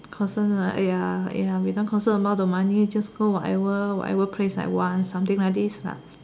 concern ah !aiya! ya without concern about the money just go whatever whatever place I want something like this lah